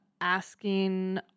asking